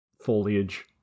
foliage